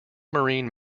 marine